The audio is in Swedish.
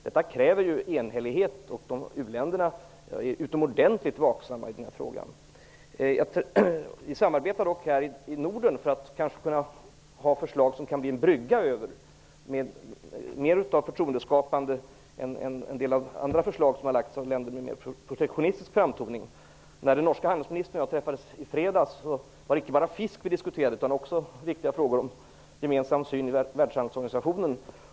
Detta kräver ju enhällighet, och u-länderna är utomordentligt vaksamma i den här frågan. Här i Norden samarbetar vi för att kunna ge förslag som kanske kan bli en brygga över dessa ståndpunkter, med mer av förtroendeskapande än en del andra förslag som lagts fram av länder med mer protektionistisk framtoning. När den norska handelsministern och jag träffades i fredags var det inte bara fisk vi diskuterade utan också viktiga frågor om gemensam syn i Världshandelsorganisationen.